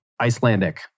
Icelandic